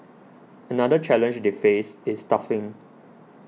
another challenge they faced is staffing